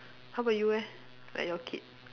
how about you eh like your kid